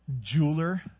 jeweler